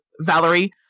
Valerie